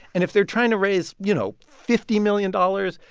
and if they're trying to raise, you know, fifty million dollars,